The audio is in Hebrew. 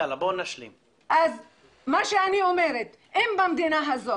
אז מה שאני אומרת אם במדינה הזו